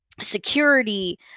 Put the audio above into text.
security